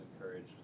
encouraged